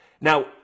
Now